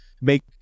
make